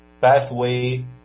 pathway